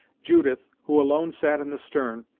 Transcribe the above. judith, who alone sat in the stern,